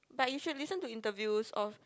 but you should listen to interviews of